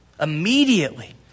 Immediately